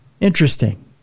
Interesting